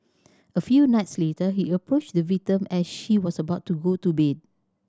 a few nights later he approached the victim as she was about to go to bed